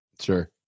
Sure